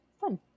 Fun